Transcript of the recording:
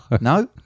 No